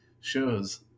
shows